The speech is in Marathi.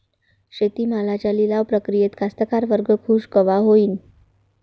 शेती मालाच्या लिलाव प्रक्रियेत कास्तकार वर्ग खूष कवा होईन?